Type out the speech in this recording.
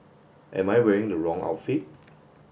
am I wearing the wrong outfit